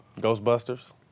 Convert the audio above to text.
Ghostbusters